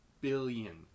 billion